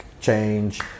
change